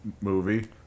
movie